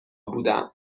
بودم